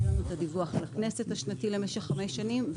את הדיווח השנתי לכנסת למשך 5 שנים.